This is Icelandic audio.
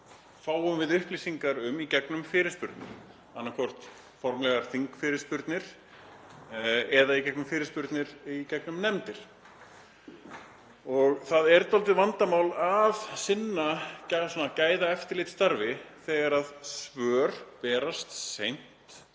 fáum upplýsingar í gegnum fyrirspurnir, annaðhvort formlegar þingfyrirspurnir eða fyrirspurnir í gegnum nefndir. Það er dálítið vandamál að sinna svona gæðaeftirlitsstarfi þegar svör berast seint